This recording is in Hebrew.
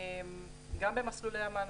גם במסלולי המענקים,